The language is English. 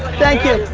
thank you.